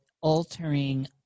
altering